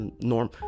norm